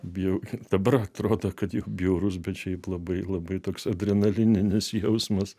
bijau dabar atrodo kad jau bjaurus bet šiaip labai labai toks adrenalininis jausmas